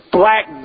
black